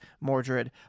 mordred